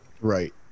Right